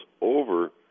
over